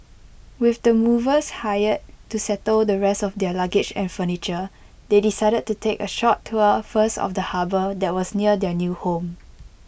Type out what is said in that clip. with the movers hired to settle the rest of their luggage and furniture they decided to take A short tour first of the harbour that was near their new home